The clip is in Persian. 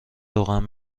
روغن